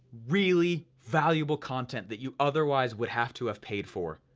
really valuable content that you otherwise would have to have paid for,